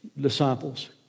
disciples